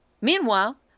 Meanwhile